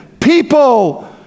people